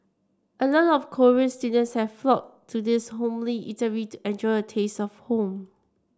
a lot of Korean students have flocked to this homely eatery to enjoy taste of home